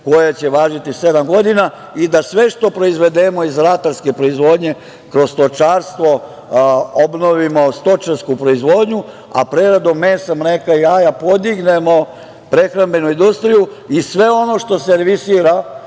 koja će važiti sedam godina i da sve što proizvedemo iz ratarske proizvodnje kroz stočarstvo obnovimo stočarsku proizvodnju, a preradom mesa, mleka i jaja podignemo prehrambenu industriju i sve ono što servisira